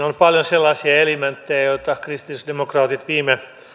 on paljon sellaisia elementtejä joita kristillisdemokraatit viime